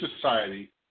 society